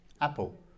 Apple